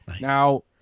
Now